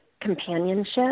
companionship